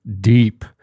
deep